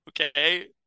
Okay